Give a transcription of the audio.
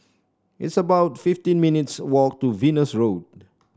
it's about fifteen minutes' walk to Venus Road